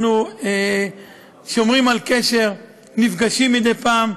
אנחנו שומרים על קשר, נפגשים מדי פעם,